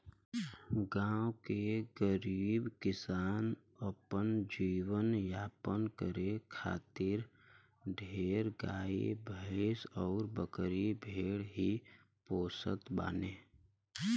गांव के गरीब किसान अपन जीवन यापन करे खातिर ढेर गाई भैस अउरी बकरी भेड़ ही पोसत बाने